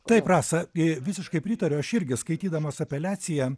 taip rasa i visiškai pritariu aš irgi skaitydamas apeliaciją